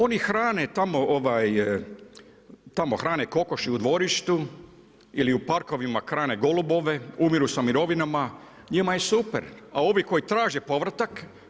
Oni hrane tamo hrane kokoši u dvorištu ili u parkovima hrane golubove, umiru sa mirovinama, njima je super, a ovi koji traže povratak.